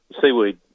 Seaweed